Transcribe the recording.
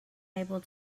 able